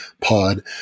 pod